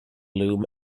loom